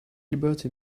liberty